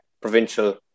provincial